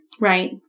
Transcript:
Right